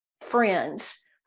friends